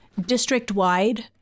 district-wide